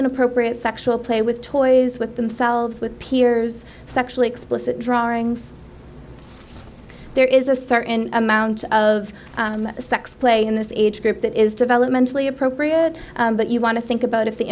inappropriate sexual play with toys with themselves with peers sexually explicit drawings there is a star in amount of sex play in this age group that is developmentally appropriate but you want to think about if the